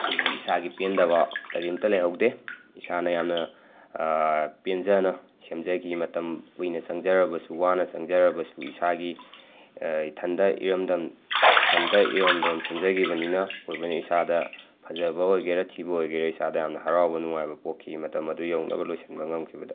ꯑꯩꯒꯤ ꯏꯁꯥꯒꯤ ꯄꯦꯟꯗꯕ ꯀꯔꯤꯝꯇ ꯂꯩꯍꯧꯗꯦ ꯏꯁꯥꯅ ꯌꯥꯝꯅ ꯄꯦꯟꯖꯅ ꯁꯦꯝꯖꯈꯤ ꯃꯇꯝ ꯀꯨꯏꯅ ꯆꯪꯖꯔꯕꯁꯨ ꯋꯥꯅ ꯆꯪꯖꯔꯕꯁꯨ ꯏꯁꯥꯒꯤ ꯏꯊꯟꯗ ꯏꯔꯝꯗꯝ ꯏꯊꯟꯇ ꯏꯔꯣꯝꯗꯣꯝ ꯁꯦꯝꯖꯒꯤꯕꯅꯤꯅ ꯑꯣꯏꯕꯅꯤ ꯏꯁꯥꯗ ꯐꯖꯕ ꯑꯣꯏꯒꯦꯔꯥ ꯊꯤꯕ ꯑꯣꯏꯒꯦꯔꯥ ꯏꯁꯥꯗ ꯌꯥꯝꯅ ꯍꯔꯥꯎꯕ ꯅꯨꯡꯉꯥꯏꯕ ꯄꯣꯛꯈꯤ ꯃꯇꯝ ꯑꯗꯨ ꯌꯧꯅꯕ ꯂꯣꯏꯁꯤꯟꯕ ꯉꯝꯈꯤꯕꯗ